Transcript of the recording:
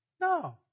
No